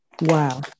Wow